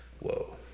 whoa